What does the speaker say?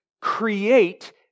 create